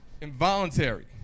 involuntary